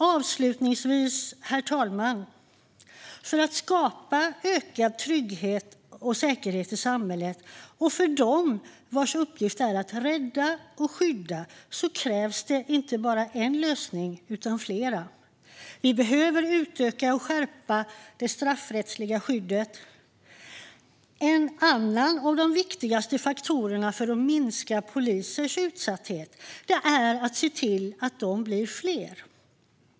Avslutningsvis: För att skapa ökad trygghet och säkerhet i samhället, särskilt för dem vars uppgift är att rädda och skydda, krävs det inte bara en lösning utan flera. Vi behöver utöka och skärpa det straffrättsliga skyddet. En av de viktigaste faktorerna för att minska polisers utsatthet är att se till att de blir fler.